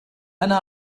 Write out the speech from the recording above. أنا